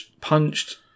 punched